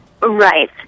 Right